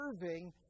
serving